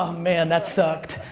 um man, that sucked.